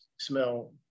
smell